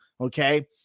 okay